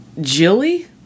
Jilly